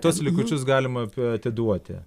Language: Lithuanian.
tuos likučius galima atiduoti